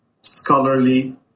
scholarly